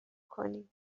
کنی